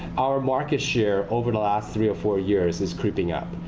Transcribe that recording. our market share over the last three or four years is creeping up.